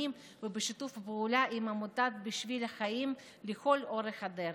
ובשיתוף פעולה עם עמותת "בשביל החיים" לכל אורך הדרך.